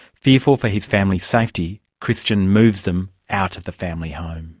fearful for his family's safety, christian moves them out of the family home.